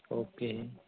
okay